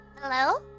Hello